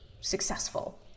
successful